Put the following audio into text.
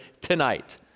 tonight